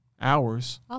hours